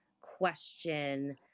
question